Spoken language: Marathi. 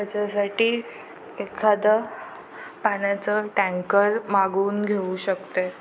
त्याच्यासाठी एखादं पाण्याचं टँकर मागवून घेऊ शकते